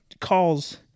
calls